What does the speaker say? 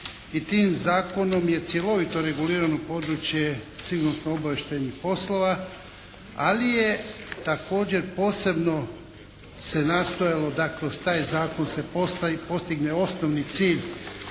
i tim zakonom je cjelovito regulirano područje sigurnosno-obavještajnih poslova, ali je također posebno se nastojalo da kroz taj zakon se postigne osnovni cilj,